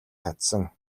татсан